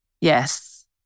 Yes